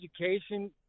education